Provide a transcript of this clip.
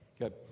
Good